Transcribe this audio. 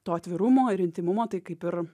to atvirumo ir intymumo tai kaip ir